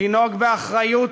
לנהוג באחריות